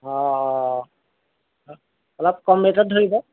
অঁ অঁ অঁ অলপ কম ৰেটত ধৰিব